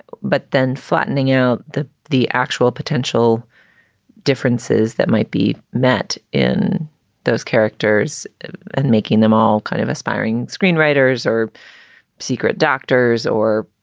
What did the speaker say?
but then flattening out the the actual potential differences that might be met in those characters and making them all kind of aspiring screenwriters or secret doctors or